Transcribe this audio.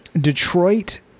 detroit